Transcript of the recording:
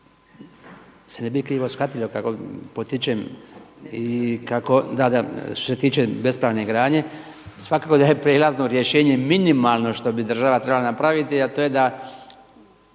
se ne bi krivo shvatilo kako potičem i kako, da, da što se tiče bespravne gradnje svakako da je prijelazno rješenje minimalno što bi država trebala napraviti, a to je da